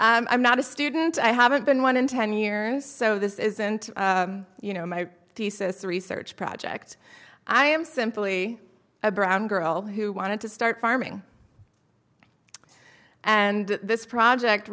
i'm not a student i haven't been one in ten years so this isn't you know my thesis research project i am simply a brown girl who wanted to start farming and this project